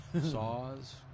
saws